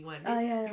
ah ya